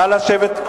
נא לשבת.